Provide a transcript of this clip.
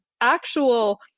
actual